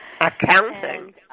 Accounting